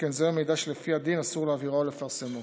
שכן זהו מידע שלפי הדין אסור להעבירו או לפרסמו.